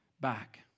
back